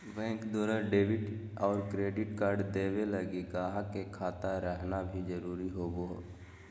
bank द्वारा debit और credit card देवे लगी गाहक के खाता रहना भी जरूरी होवो